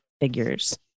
figures